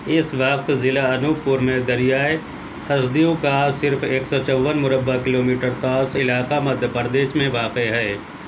اس وقت ضلع انوپ پور میں دریائے ہسدیو کا صرف ایک سو چوون مربع کلو میٹر تاس علاقہ مدھیہ پردیش میں واقع ہے